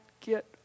get